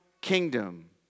kingdom